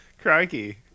crikey